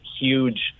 huge